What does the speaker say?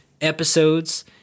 episodes